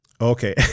okay